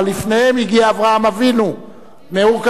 אבל לפניהם הגיע אברהם אבינו מאור-כשדים.